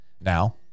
now